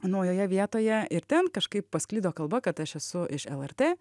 naujoje vietoje ir ten kažkaip pasklido kalba kad aš esu iš lrt